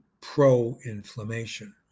pro-inflammation